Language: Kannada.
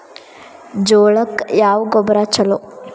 ಜೋಳಕ್ಕ ಯಾವ ಗೊಬ್ಬರ ಛಲೋ?